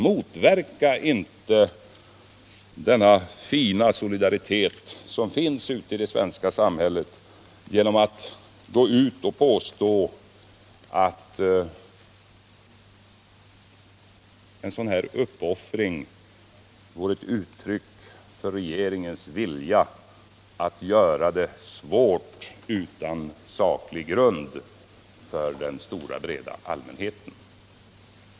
Motverka inte den fina solidaritet som finns i det svenska samhället genom att gå ut och påstå att den uppoffring som krävs är ett uttryck för medveten vilja från regeringen att hålla nere standarden för löntagarna!